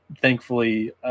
Thankfully